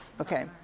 Okay